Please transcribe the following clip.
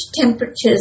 temperatures